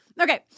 okay